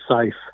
safe